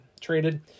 traded